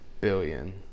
Billion